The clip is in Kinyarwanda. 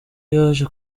yaje